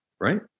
right